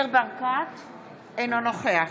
אינו נוכח